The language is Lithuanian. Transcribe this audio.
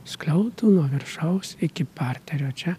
skliautų nuo viršaus iki parterio čia